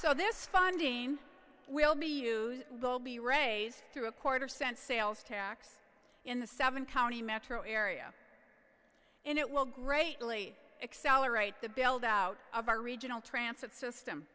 so this funding will be used will be raised through a quarter cent sales tax in the seven county metro area and it will greatly accelerate the build out of our regional transit system